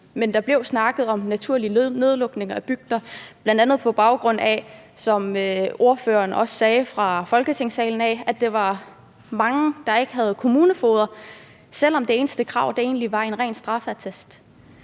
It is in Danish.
Men der blev snakket om naturlige nedlukninger af bygder, bl.a., som ordføreren også sagde i Folketingssalen, på baggrund af at der var mange, der ikke havde kommunefogeder, selv om det eneste krav her egentlig var